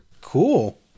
cool